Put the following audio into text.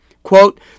Quote